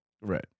Right